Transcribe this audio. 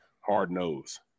hard-nosed